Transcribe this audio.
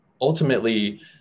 ultimately